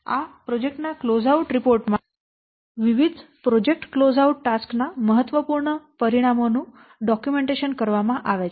આ પ્રોજેક્ટ ના closeout report મા વિવિધ પ્રોજેક્ટ ક્લોઝઆઉટ ટાસ્ક ના મહત્વપૂર્ણ પરિણામો નું દસ્તાવેજીકરણ કરવામાં આવે છે